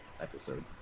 episode